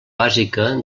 bàsica